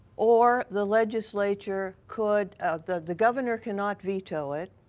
or the legislature could the the governor cannot veto it.